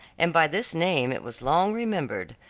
and by this name it was long remembered,